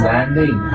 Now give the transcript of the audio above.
Landing